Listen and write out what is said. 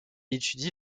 étudie